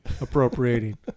appropriating